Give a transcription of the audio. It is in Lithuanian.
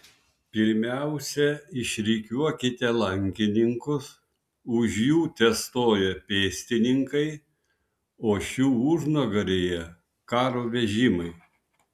pirmiausia išrikiuokite lankininkus už jų testoja pėstininkai o šių užnugaryje karo vežimai